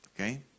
Okay